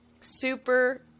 super